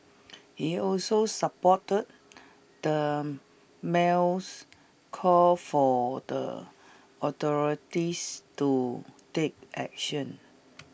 he also supported the mail's call for the authorities to take action